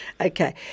Okay